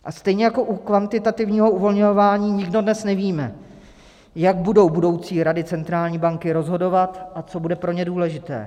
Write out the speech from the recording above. A stejně jako u kvantitativního uvolňování nikdo dnes nevíme, jak budou rady centrální banky rozhodovat a co bude pro ně důležité.